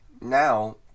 Now